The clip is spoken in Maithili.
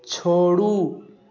छोड़ू